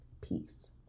peace